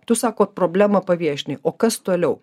tu sako problemą paviešinai o kas toliau